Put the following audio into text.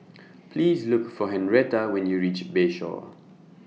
Please Look For Henretta when YOU REACH Bayshore